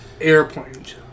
Airplanes